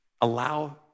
Allow